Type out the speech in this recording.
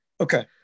okay